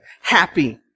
Happy